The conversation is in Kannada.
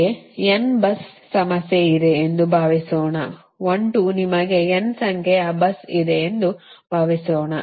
ನಿಮಗೆ n bus ಸಮಸ್ಯೆ ಇದೆ ಎಂದು ಭಾವಿಸೋಣ 1 2 ನಿಮಗೆ n ಸಂಖ್ಯೆಯ bus ಇದೆ ಎಂದು ಭಾವಿಸೋಣ